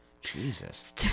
Jesus